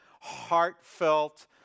heartfelt